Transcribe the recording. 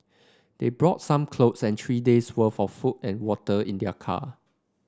they brought some clothes and three days' worth of food and water in their car